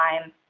time